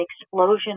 explosion